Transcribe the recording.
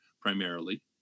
primarily